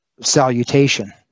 salutation